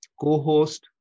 co-host